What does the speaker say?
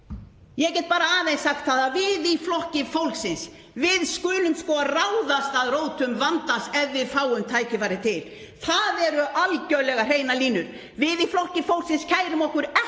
Ég get aðeins sagt það að við í Flokki fólksins skulum sko ráðast að rótum vandans ef við fáum tækifæri til, það eru algerlega hreinar línur. Við í Flokki fólksins kærum okkur ekki